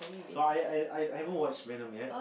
so I I I I haven't watch Venom yet